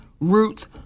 Roots